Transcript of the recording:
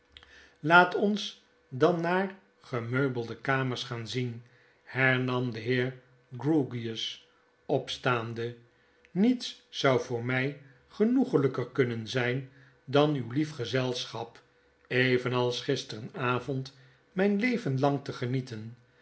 laat ons dan naar gemeubelde kamers gaan zien hernam de heer grewgious opstaande mets zou voor my genoeglyker kunnen zyn dan uw lief gezelschap evenals gisteravond myn leven lang tegenieten